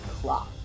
clock